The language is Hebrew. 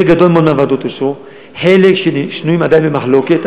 חלק עדיין שנויות במחלוקת.